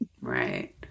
Right